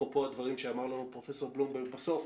אפרופו הדברים שאמר לנו פרופ' בלומברג בסוף,